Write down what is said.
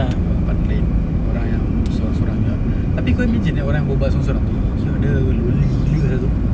orang part lain orang yang seorang seorang juga tapi kau ni jenis orang berbual seorang seorang !duh! kira ada lonely dia ah tu